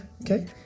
okay